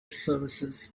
services